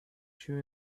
two